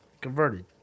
Converted